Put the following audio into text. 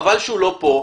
חבל שהוא לא פה.